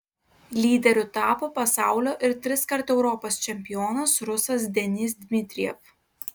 lyderiu tapo pasaulio ir triskart europos čempionas rusas denis dmitrijev